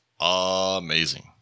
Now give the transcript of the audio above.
amazing